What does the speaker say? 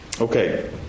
Okay